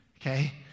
Okay